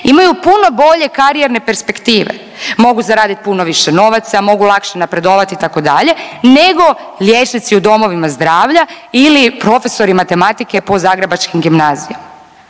imaju puno bolje karijerne perspektive, mogu zaraditi puno više novaca, mogu lakše napredovati, itd., nego liječnici u domovima zdravlja ili profesori matematike po zagrebačkim gimnazijama.